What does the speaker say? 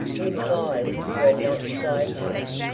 replies were not slow coming.